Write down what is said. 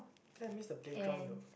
think I miss the playground though